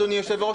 אדוני יושב-הראש,